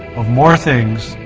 of more things,